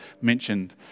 mentioned